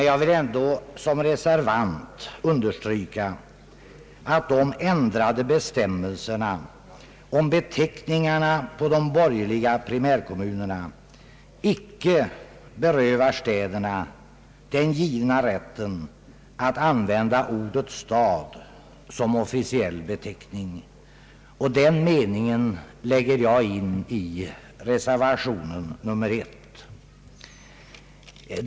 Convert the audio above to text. Jag vill ändå som reservant understryka att de ändrade bestämmelserna om beteckningarna på de borgerliga primärkommunerna icke berövar städerna den givna rätten att använda ordet stad som officiell beteckning. Den meningen lägger jag in i reservationen 1.